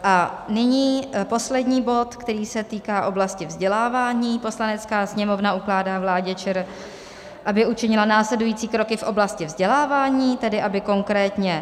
A nyní poslední bod, který se týká oblasti vzdělávání: Poslanecká sněmovna ukládá vládě ČR, aby učinila následující kroky v oblasti vzdělávání, tedy aby konkrétně